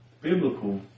biblical